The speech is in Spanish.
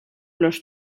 los